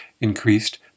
increased